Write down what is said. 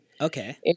Okay